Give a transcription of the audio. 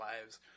lives